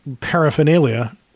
paraphernalia